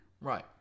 Right